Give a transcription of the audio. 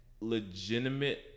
legitimate